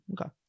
Okay